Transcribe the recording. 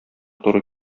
туры